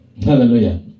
Hallelujah